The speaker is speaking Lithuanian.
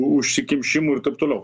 užsikimšimų ir taip toliau